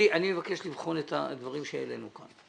אני מבקש לבחון את הדברים שהעלינו כאן,